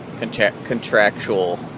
Contractual